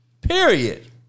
period